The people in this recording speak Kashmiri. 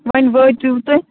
وۄنۍ وٲتِو تُہۍ